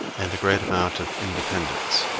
and a great amount of independence